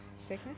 sickness